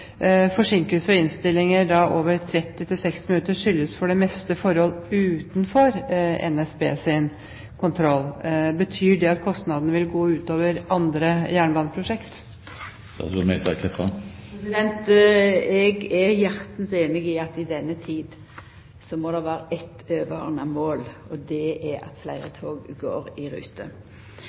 Forsinkelser og innstillinger over 30–60 minutter skyldes for det meste forhold utenfor NSBs kontroll. Betyr dette at kostnadene vil gå ut over andre jernbaneprosjekter?» Eg er hjartans einig i at i denne tida må det vera eitt overordna mål, og det er at fleire tog er i rute.